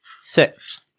Six